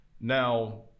Now